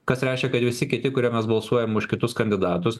kas reiškia kad visi kiti kurie mes balsuojam už kitus kandidatus